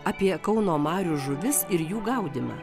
apie kauno marių žuvis ir jų gaudymą